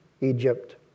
Egypt